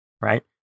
right